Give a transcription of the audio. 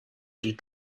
die